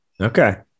Okay